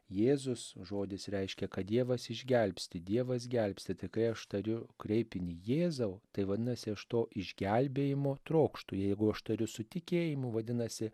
jėzus žodis reiškia kad dievas išgelbsti dievas gelbsti tai kai aš tariu kreipinį jėzau tai vadinasi aš to išgelbėjimo trokštu jeigu aš tariu su tikėjimu vadinasi